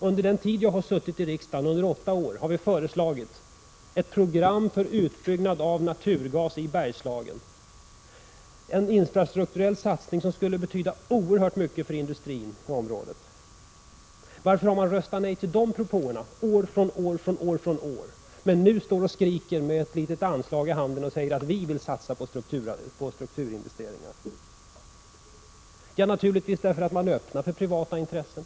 Under den tid jag har suttit i riksdagen, under åtta år, har vi föreslagit ett program för utbyggnad av naturgas i Bergslagen, en infrastrukturell satsning som skulle betyda oerhört mycket för industrin i området. Varför har socialdemokraterna röstat nej till de propåerna år från år, när de nu står här med ett litet anslag i handen och skriker att ”vi vill satsa på strukturinvesteringar”? Jo, naturligtvis därför att de är öppna för privata intressen.